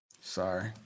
sorry